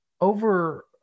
over